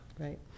Right